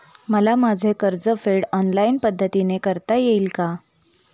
मला माझे कर्जफेड ऑनलाइन पद्धतीने करता येईल का?